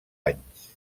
anys